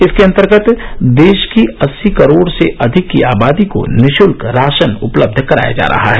इसके अंतर्गत देश की अस्सी करोड़ से अधिक की आबादी को निशुल्क राशन उपलब्ध कराया जा रहा है